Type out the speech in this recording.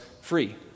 free